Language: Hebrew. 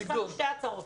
אנחנו הנחנו שתי הצעות.